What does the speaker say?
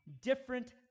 different